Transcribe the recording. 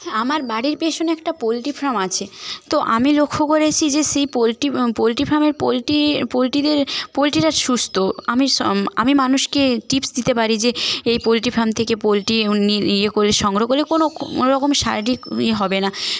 আমার বাড়ির পিছনে একটা পোলট্রি ফার্ম আছে তো আমি লক্ষ্য করেছি যে সেই পোলট্রি পোলট্রি ফার্মে পোলট্রি পোলট্রিদের পোলট্রিরা সুস্থ আমি আমি মানুষকে টিপস দিতে পারি যে এই পোলট্রি ফার্ম থেকে পোলট্রি ইয়ে করে সংগ্রহ করলে কোনওরকম শারীরিক ইয়ে হবে না